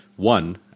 one